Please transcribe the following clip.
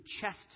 chest